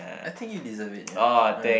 I think you deserve it ya ah